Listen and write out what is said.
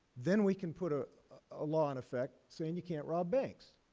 then we can put a ah law in effect saying you can't rob banks.